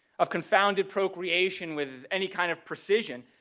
of confounded procreation with any kind of precision,